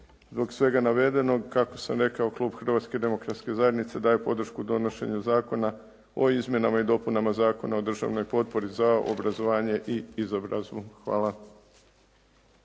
Zbog svega navedenog kako sam rekao, klub Hrvatske demokratske zajednice daje podršku donošenju Zakona o izmjenama i dopunama Zakona o državnoj potpori za obrazovanje i izobrazbu. Hvala.